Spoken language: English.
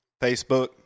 Facebook